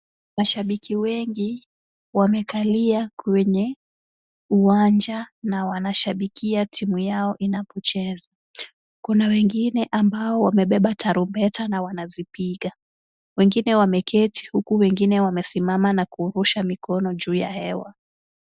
Mashabiki wengi wamekalia kwenye uwanja, na wanashabikia timu yao inapocheza. Kuna wengine ambao wamebeba tarubeta na wanazipiga. Wengine wameketi huku wengine wamesimama na kurusha mikono juu ya hewa.